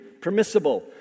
permissible